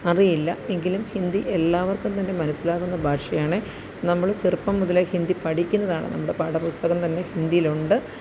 അറിയില്ല എങ്കിലും ഹിന്ദി എല്ലാവര്ക്കും തന്നെ മനസ്സിലാവുന്ന ഭാഷയാണ് നമ്മള് ചെറുപ്പം മുതലെ ഹിന്ദി പഠിക്കുന്നതാണ് നമ്മുടെ പാഠപുസ്തകം തന്നെ ഹിന്ദിയിലുണ്ട്